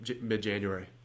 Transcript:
mid-January